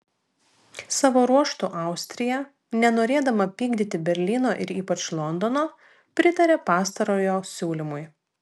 savo ruožtu austrija nenorėdama pykdyti berlyno ir ypač londono pritarė pastarojo siūlymui